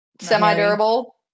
Semi-durable